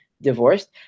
divorced